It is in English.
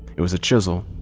it was a chisel,